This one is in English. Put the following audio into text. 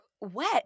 wet